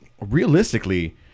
realistically